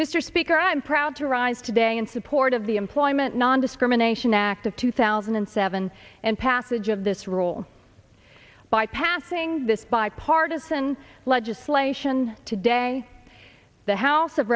mr speaker i'm proud to rise today in support of the employment nondiscrimination act of two thousand and seven and passage of this rule by passing this bipartisan legislation today the house of